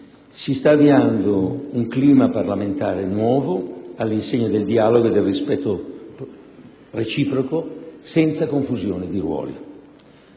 si sta avviando un clima parlamentare nuovo, all'insegna del dialogo e del rispetto reciproco senza confusione di ruoli.